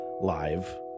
live